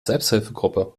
selbsthilfegruppe